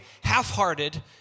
half-hearted